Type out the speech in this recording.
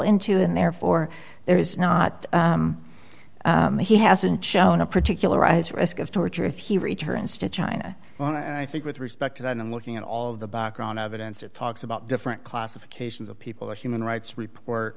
into and therefore there is not he hasn't shown a particular rise risk of torture if he returns to china well i think with respect to that i'm looking at all of the background evidence it talks about different classifications of people the human rights report